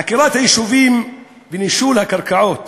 עקירת היישובים והנישול מהקרקעות